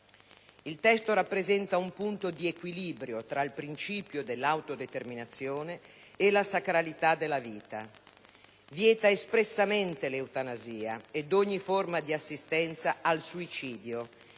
Iltesto rappresenta un punto di equilibrio tra il principio dell'autodeterminazione e la sacralità della vita; vieta espressamente l'eutanasia ed ogni forma di assistenza al suicidio